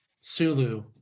Sulu